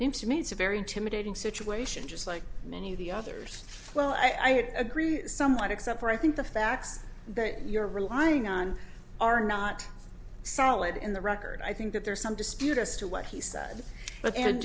seems to me it's a very intimidating situation just like many of the others well i agree somewhat except for i think the facts you're relying on are not solid in the record i think that there's some dispute as to what he said